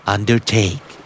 Undertake